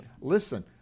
listen